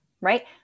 right